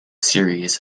series